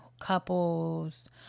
couples